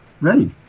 ready